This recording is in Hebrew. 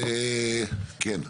כן?